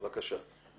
בבקשה.